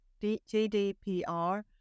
GDPR